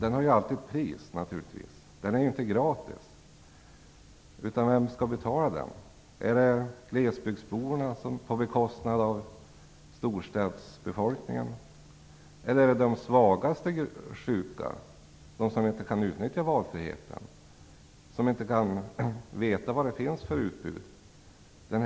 Den har naturligtvis alltid ett pris. Den är inte gratis. Vem skall betala den? Är det glesbygdsborna på bekostnad av storstadsbefolkningen eller är det de svagaste bland de sjuka som inte kan utnyttja valfriheten och som inte känner till utbudet?